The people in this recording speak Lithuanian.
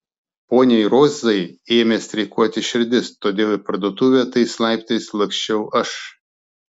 poniai rozai ėmė streikuoti širdis todėl į parduotuvę tais laiptais laksčiau aš